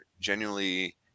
genuinely